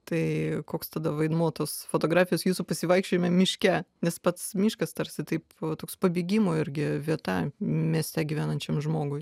tai koks tada vaidmuo tos fotografijos jūsų pasivaikščiojime miške nes pats miškas tarsi taip o toks pabėgimo irgi vieta mieste gyvenančiam žmogui